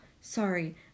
sorry